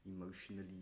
emotionally